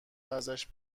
ازش